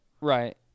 Right